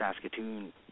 Saskatoon